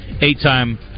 eight-time